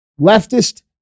leftist